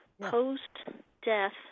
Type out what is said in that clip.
post-death